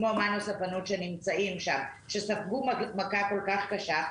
כמו מנו ספנות שספגו מכה כל כך קשה,